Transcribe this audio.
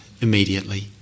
immediately